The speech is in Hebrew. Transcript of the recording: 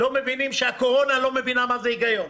לא מבינים שהקורונה לא מבינה מה זה היגיון,